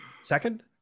Second